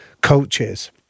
coaches